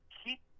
keep